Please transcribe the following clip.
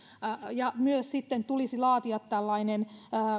ja myös sitten tulisi laatia tällainen